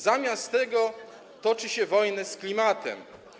Zamiast tego toczy się wojnę z klimatem.